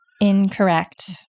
Incorrect